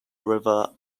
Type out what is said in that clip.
river